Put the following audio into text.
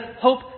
hope